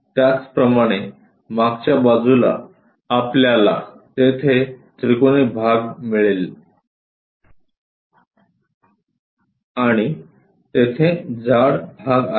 त्याचप्रमाणे मागच्या बाजूला आपल्याला तेथे त्रिकोणी भाग मिळेल आणि तिथे जाड भाग आहे